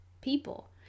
people